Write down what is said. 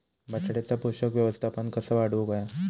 बटाट्याचा पोषक व्यवस्थापन कसा वाढवुक होया?